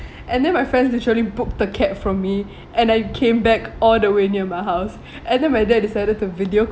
and then my friends literally booked a cab for me and I came back all the way near my house and then my dad decided to video